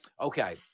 Okay